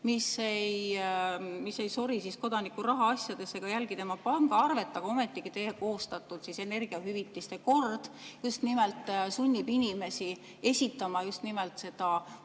mis ei sori kodaniku rahaasjades ega jälgi tema pangaarvet, aga ometigi teie koostatud energiahüvitiste kord just nimelt sunnib inimesi esitama pangaarvet selle